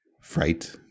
fright